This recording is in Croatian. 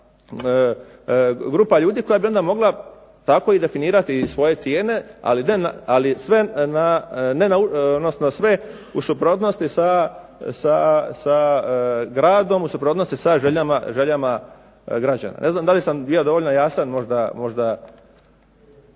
grupa ljudi koja bi onda mogla tako i definirati i svoje cijene, ali sve na, ne na, odnosno sve u suprotnosti sa gradom, u suprotnosti sa željama građana. Ne znam da li sam bio dovoljno jasan, možda.